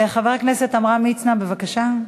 חבר הכנסת עמרם מצנע, בבקשה.